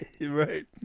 right